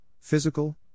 physical